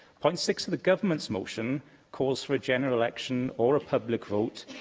point six of the government's motion calls for a general election or a public vote,